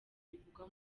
bivugwa